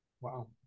wow